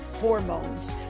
hormones